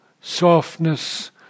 softness